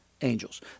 angels